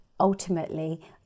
Ultimately